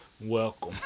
Welcome